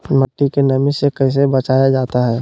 मट्टी के नमी से कैसे बचाया जाता हैं?